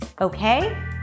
Okay